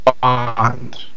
bond